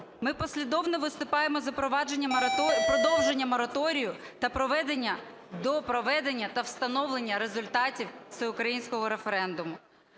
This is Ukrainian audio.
Ми послідовно виступаємо за продовження мораторію до проведення та вставлення результатів всеукраїнського референдуму.